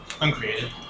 Uncreated